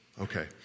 Okay